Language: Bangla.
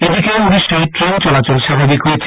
এদিকে উড়িষ্যায় ট্রেন চলাচল স্বাভাবিক হয়েছে